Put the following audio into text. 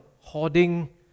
hoarding